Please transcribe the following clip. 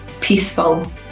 peaceful